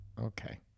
Okay